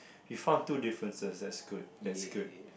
we found two differences that's good that's good